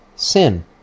Sin